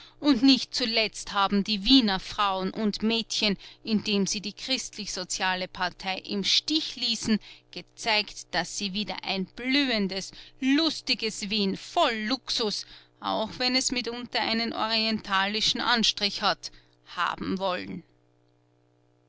und nicht zuletzt haben die wiener frauen und mädchen indem sie die christlichsoziale partei im stich ließen gezeigt daß sie wieder ein blühendes lustiges wien voll luxus auch wenn es mitunter einen orientalischen anstrich hat haben wollen